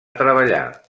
treballar